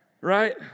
Right